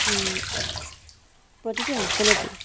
প্ৰতিটো অঞ্চলতেই